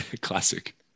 classic